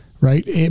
right